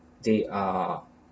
they are